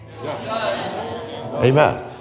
Amen